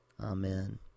amen